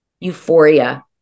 euphoria